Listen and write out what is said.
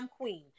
queen